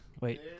Wait